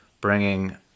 bringing